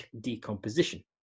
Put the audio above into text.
decomposition